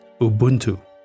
Ubuntu